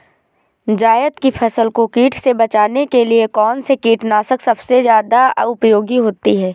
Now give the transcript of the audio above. जायद की फसल को कीट से बचाने के लिए कौन से कीटनाशक सबसे ज्यादा उपयोगी होती है?